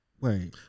Wait